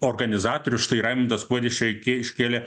organizatorių štai raimundas kuodis šiai kiai iškėlė